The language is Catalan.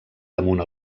damunt